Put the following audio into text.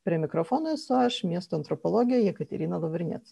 prie mikrofono esu aš miesto antropologė jekaterina lavrinec